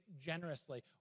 generously